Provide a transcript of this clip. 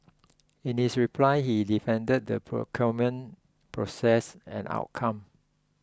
in his reply he defended the procurement process and outcome